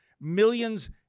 millions